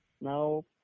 Now